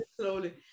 slowly